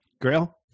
Grail